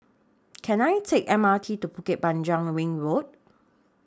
Can I Take M R T to Bukit Panjang Ring Road